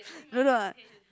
no no I